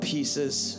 Pieces